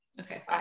Okay